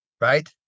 right